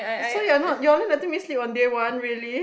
so you're not you're only letting me sleep on day one really